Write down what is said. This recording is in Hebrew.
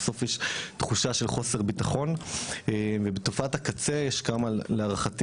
בסוף יש תחושה של חוסר ביטחון ובתופעת הקצה יש כמה להערכתי,